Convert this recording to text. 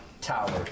tower